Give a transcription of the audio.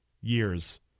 years